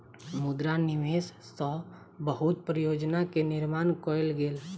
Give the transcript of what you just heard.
मुद्रा निवेश सॅ बहुत परियोजना के निर्माण कयल गेल